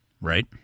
right